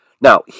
Now